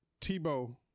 Tebow